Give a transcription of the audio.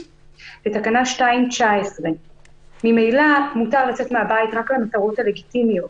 בתקנה 2(19). ממילא מותר לצאת מהבית רק למטרות הלגיטימיות.